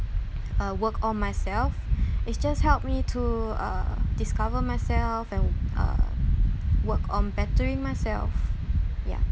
uh work on myself it's just helped me to uh discover myself and uh work on bettering myself ya